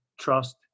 trust